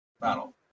battle